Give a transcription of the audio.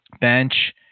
bench